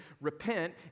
repent